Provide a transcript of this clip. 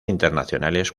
internacionales